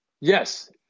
Yes